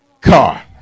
Car